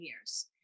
years